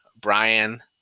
Brian